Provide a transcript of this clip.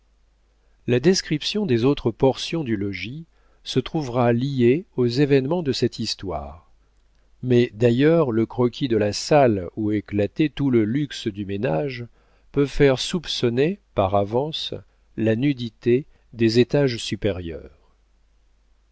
la description des autres portions du logis se trouvera liée aux événements de cette histoire mais d'ailleurs le croquis de la salle où éclatait tout le luxe du ménage peut faire soupçonner par avance la nudité des étages supérieurs